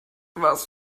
was